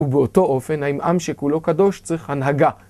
ובאותו אופן האם עם שכולו קדוש צריך הנהגה.